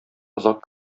озак